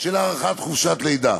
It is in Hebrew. של הארכת חופשת לידה.